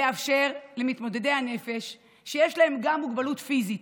לאפשר למתמודדי הנפש שיש להם גם מוגבלות פיזית